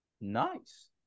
Nice